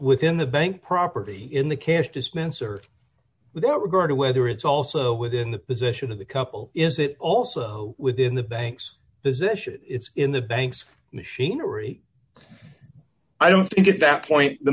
within the bank property in the can't dismiss or without regard to whether it's also within the position of the couple is it also within the bank's position it's in the bank's machinery i don't think at that point the